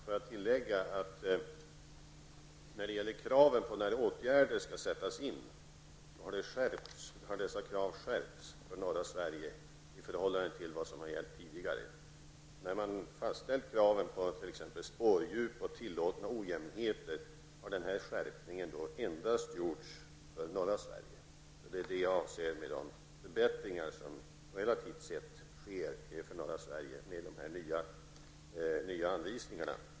Herr talman! Får jag tillägga att kraven för när åtgärder skall sättas in har skärpts för norra Sverige i förhållande till vad som har gällt tidigare. När man fastställer kraven på spårdjup och tillåtna ojämnheter har skärpning gjorts endast för norra Sverige. Det är detta jag avser med de förbättringar som relativt sett sker i norra Sverige i och med de nya anvisningarna.